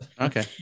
Okay